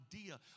idea